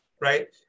right